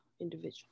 individual